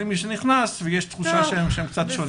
את מי שנכנס ויש תחושה שהם קצת שונים.